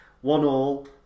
One-all